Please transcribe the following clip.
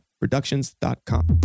productions.com